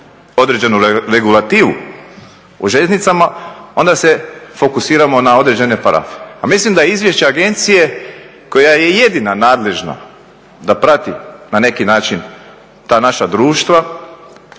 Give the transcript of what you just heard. određenu regulativu o željeznicama onda se fokusiramo na određene parafe. A mislim da izvješća agencije koja je jedina nadležna da prati na neki način ta naša društva